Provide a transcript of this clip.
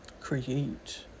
create